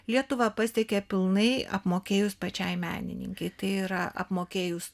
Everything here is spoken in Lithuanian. lietuvą pasiekė pilnai apmokėjus pačiai menininkei tai yra apmokėjus